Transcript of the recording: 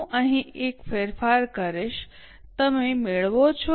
હું અહીં એક ફેરફાર કરીશ તમે મેળવો છો